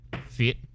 fit